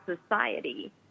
society